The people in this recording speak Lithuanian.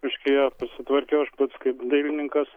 biški sutvarkiau aš pats kaip dailininkas